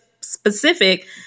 specific